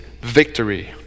victory